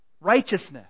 Righteousness